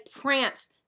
prance